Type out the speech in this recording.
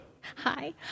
Hi